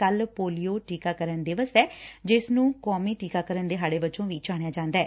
ਕੱਲ ਪੋਲੀਓ ਟੀਕਾਕਰਨ ਦਿਵਸ ਐ ਜਿਸ ਨੰ ਕੌਮੀ ਟੀਕਾਕਰਨ ਦਿਹਾੜੇ ਵਜੋਂ ਵੀ ਜਾਣਿਆ ਜਾਦੈ